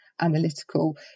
analytical